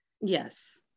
Yes